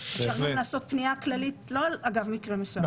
אפשר ליצור פנייה כללית, לא רק לגבי נושא מסוים.